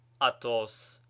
atos